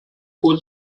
vor